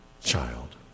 child